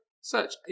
search